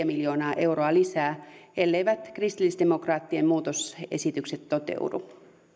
miljoonaa euroa lisää elleivät kristillisdemokraattien muutosesitykset toteudu